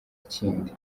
kindi